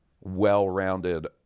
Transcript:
well-rounded